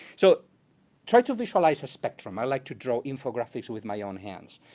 so try to visualize a spectrum. i like to draw infographics with my own hands.